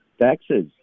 taxes